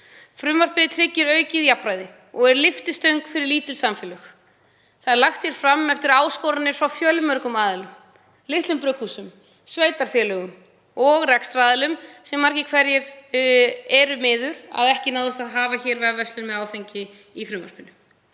Frumvarpið tryggir aukið jafnræði og er lyftistöng fyrir lítil samfélög. Það er lagt hér fram eftir áskoranir frá fjölmörgum aðilum, litlum brugghúsum, sveitarfélögum og rekstraraðilum, sem mörgum hverjum finnst miður að ekki hafi náðst að hafa hér í frumvarpinu